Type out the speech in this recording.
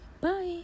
Bye